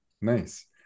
Nice